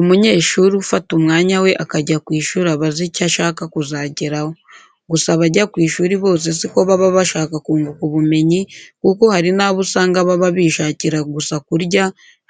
Umunyeshuri ufata umwanya we akajya ku ishuri aba azi icyo ashaka kuzageraho. Gusa abajya ku ishuri bose si ko baba bashaka kunguka ubumenyi kuko hari n'abo usanga baba bishakira gusa kurya,